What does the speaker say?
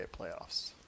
playoffs